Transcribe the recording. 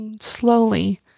slowly